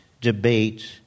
debate